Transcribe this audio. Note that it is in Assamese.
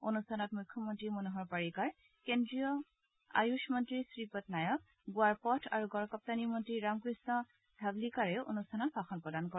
অনুষ্ঠানত মুখ্যমন্ত্ৰী মনোহৰ পাৰিকাৰ কেন্দ্ৰীয় আয়ুষ মন্ত্ৰী শ্ৰীপট নায়ক গোৱাৰ পথ আৰু গড়কাপ্তানী মন্ত্ৰী ৰামকৃষ্ণ ধাৱলীকাৰেও অনুষ্ঠানত ভাষণ প্ৰদান কৰে